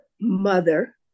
mother